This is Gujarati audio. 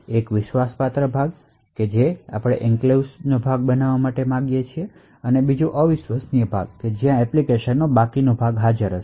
એક વિશ્વાસપાત્ર ભાગ છે જે તમે એન્ક્લેવ્સ નો ભાગ બનવા માંગો છો અને અવિશ્વસનીય ભાગ પણ જ્યાં એપ્લિકેશન નો બાકીનો ભાગ હાજર છે